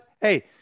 hey